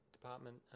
department